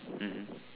mmhmm